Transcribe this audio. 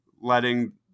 letting –